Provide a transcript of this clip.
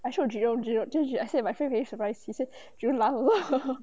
I showed jerome jermone then she like my friend very surprise she say jerome laugh also